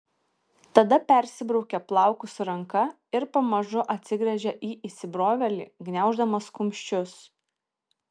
tada persibraukia plaukus ranka ir pamažu atsigręžia į įsibrovėlį gniauždamas kumščius